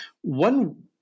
One